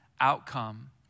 outcome